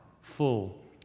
full